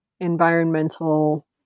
environmental